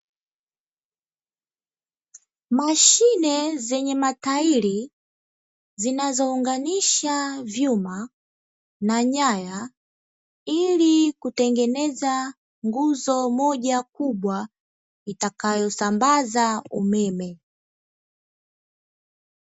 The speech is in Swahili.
Mashine zenye matairi zinazounganisha vyuma na nyaya ili kutengeneza nguzo moja kubwa itakayosambaza umeme.